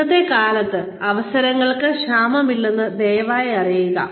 ഇന്നത്തെ കാലത്ത് അവസരങ്ങൾക്ക് ക്ഷാമമില്ലെന്ന് ദയവായി അറിയുക